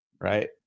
right